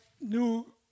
new